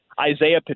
Isaiah